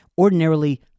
Ordinarily